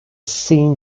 scene